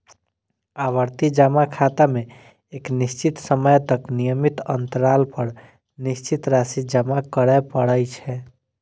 आवर्ती जमा खाता मे एक निश्चित समय तक नियमित अंतराल पर निश्चित राशि जमा करय पड़ै छै